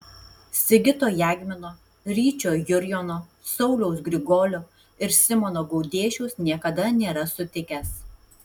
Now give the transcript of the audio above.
sigito jagmino ryčio jurjono sauliaus grigolio ir simono gaudėšiaus niekada nėra sutikęs